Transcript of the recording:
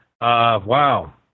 wow